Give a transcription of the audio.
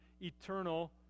eternal